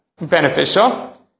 beneficial